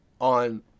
on